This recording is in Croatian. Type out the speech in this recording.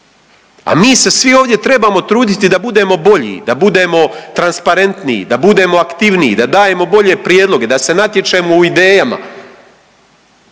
A mi se svi ovdje trebamo truditi da budemo bolji, da budemo transparentniji, da budemo aktivniji, da dajemo bolje prijedloge, da se natječemo u idejama.